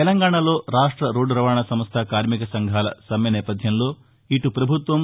తెలంగాణలో రాష్ట రోడ్డు రవాణాసంస్థ కార్మికసంఘాల సమ్మె నేపథ్యంలో ఇటు ప్రభుత్వం